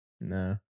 No